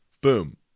boom